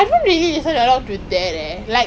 artiste as in singer ஆ இல்லே என்னது:aa ille ennathu